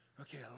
Okay